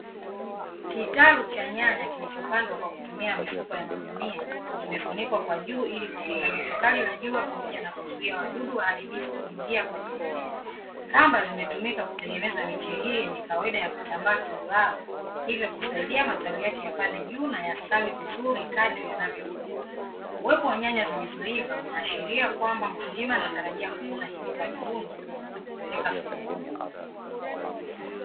Kitalu cha nyanya kilichopandwa kwa kutumia mifuko ya magunia kimefunikwa kwa juu, ili kukinga joto kali la jua, pamoja na kuzuia wadudu waharibifu kuingia kwenye mimea. Kamba zimetumika kutengeneza miche hii yenye kawaida ya kutambaa kimlalo hivyo kusaidia matawi yake yapande juu, na yastawi vizuri kadri yanavyokua. Uwepo wa nyanya zilizoiva unaashiria kwamba mkulima anatarajia kuvuna hivi karibuni na kupeleka sokoni.